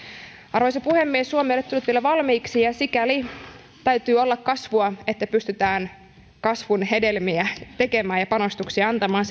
arvoisa puhemies suomi ei ole tullut vielä valmiiksi ja sikäli täytyy olla kasvua että pystytään kasvun hedelmiä tekemään ja panostuksia antamaan